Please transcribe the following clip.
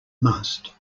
must